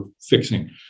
fixing